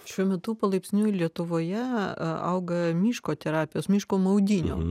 šiuo metu palaipsniui lietuvoje auga miško terapijos miško maudynių